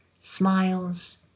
smiles